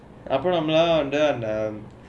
அப்புறம் நம்பெல்லாம் வந்து:appuram nambelaam vanthu